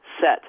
set